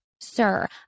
sir